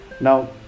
now